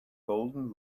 golden